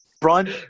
brian